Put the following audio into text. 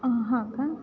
हा का